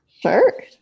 sure